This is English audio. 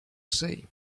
see